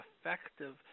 effective